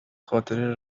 خاطره